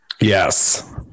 Yes